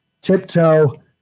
tiptoe